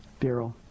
Daryl